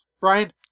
Brian